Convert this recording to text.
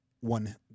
one